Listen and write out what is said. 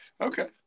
Okay